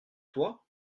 toi